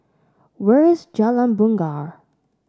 where is Jalan Bungar